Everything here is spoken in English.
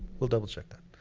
we'll double check that.